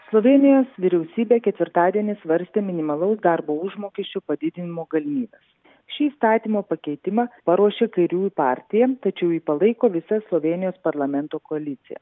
slovėnijos vyriausybė ketvirtadienį svarstė minimalaus darbo užmokesčio padidinimo galimybes šį įstatymo pakeitimą paruošė kairiųjų partija tačiau jį palaiko visa slovėnijos parlamento koalicija